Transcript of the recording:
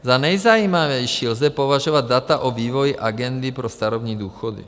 Za nejzajímavější lze považovat data o vývoji agendy pro starobní důchody.